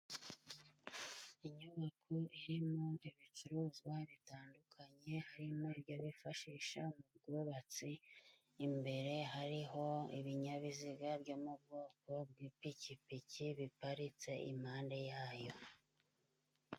Inyubako irimo ibicuruzwa bitandukanye harimo ibyo bifashisha mu bwubatsi imbere hariho ibinyabiziga byo mubwoko bw'ipikipiki biparitse impande yayo